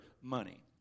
money